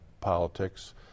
politics